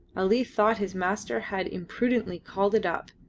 ali thought his master had imprudently called it up,